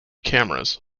cameras